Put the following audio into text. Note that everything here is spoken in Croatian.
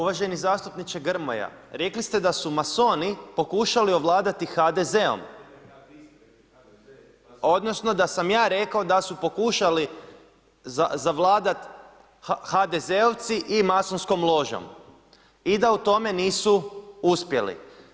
Uvaženi zastupniče Grmoja, rekli ste da su masoni pokušali ovladati HDZ-om …… [[Upadica se ne čuje.]] odnosno da sam ja rekao da su pokušali zavladati HDZ-eovci i masonskom ložom i da u tome nisu uspjeli.